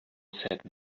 said